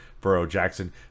Burrow-Jackson